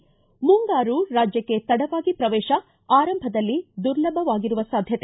ಿ ಮುಂಗಾರು ರಾಜ್ಯಕ್ಷೆ ತಡವಾಗಿ ಪ್ರವೇಶ ಆರಂಭದಲ್ಲಿ ದುರ್ಲಬವಾಗಿರುವ ಸಾಧ್ಯತೆ